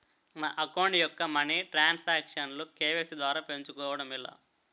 నా అకౌంట్ యెక్క మనీ తరణ్ సాంక్షన్ లు కే.వై.సీ ద్వారా పెంచుకోవడం ఎలా?